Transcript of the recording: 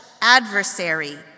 adversary